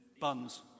Buns